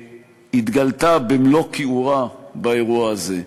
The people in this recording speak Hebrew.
התגלתה במלוא כיעורה באירוע הזה.